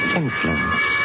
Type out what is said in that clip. influence